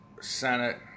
Senate